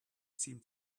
seemed